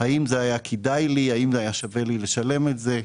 האם זה היה כדאי לי, האם היה שווה לי לשלם את זה.